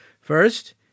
First